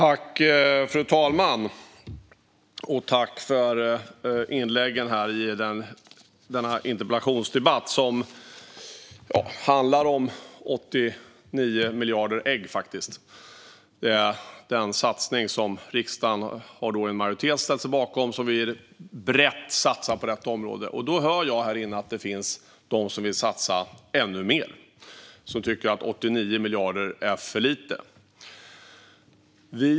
Fru talman! Tack för inläggen i denna interpellationsdebatt, som faktiskt handlar om 89 miljarder ägg. Det är den summa som en majoritet i riksdagen har ställt sig bakom och som vi brett satsar på detta område. Jag hör här inne att det finns de som vill satsa ännu mer, som tycker att 89 miljarder är för lite.